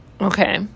Okay